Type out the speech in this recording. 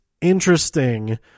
interesting